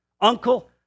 Uncle